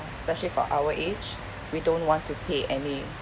especially for our age we don't want to pay any